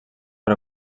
per